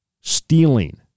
Stealing